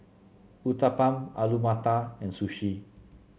Uthapam Alu Matar and Sushi